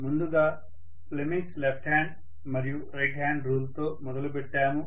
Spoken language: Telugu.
ముందుగా ఫ్లెమింగ్స్ లెఫ్ట్ హ్యాండ్ మరియు రైట్ హ్యాండ్ రూల్ తో మొదలు పెట్టాము